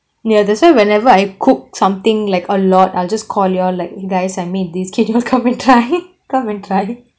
ya that's why whenever I cook something like a lot I'll just call you all like !hey! guys I made this can you all come and try come and try